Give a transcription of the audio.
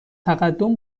تقدم